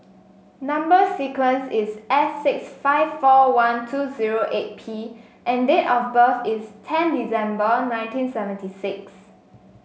number sequence is S six five four one two zero eight P and date of birth is ten December nineteen seventy six